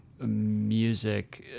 music